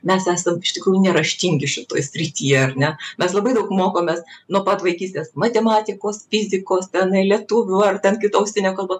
mes esam iš tikrųjų neraštingi šitoj srityj ar ne mes labai daug mokomės nuo pat vaikystės matematikos fizikos tenai lietuvių ar ten kita užsienio kalba